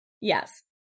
Yes